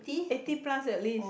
eighty plus at least